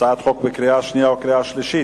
הצעת חוק לקריאה שנייה ולקריאה שלישית.